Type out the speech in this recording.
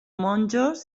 monjos